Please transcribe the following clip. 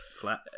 Flat